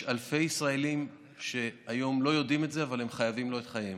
יש אלפי ישראלים שהיום לא יודעים את זה אבל הם חייבים לו את חייהם.